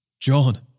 John